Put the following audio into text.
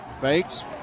Fakes